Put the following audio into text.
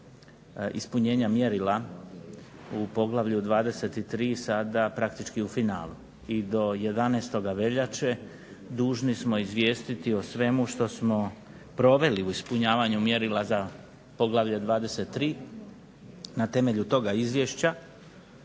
ispunjenja mjerila u poglavlju 23. sada praktički u finalu i do 11. veljače dužni smo izvijestiti o svemu što smo proveli u ispunjavanju mjerila za poglavlje 23. Na temelju toga izvješća